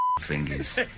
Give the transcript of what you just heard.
fingers